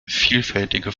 vielfältige